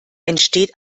entsteht